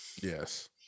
Yes